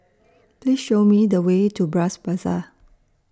Please Show Me The Way to Bras Basah